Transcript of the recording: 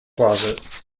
closet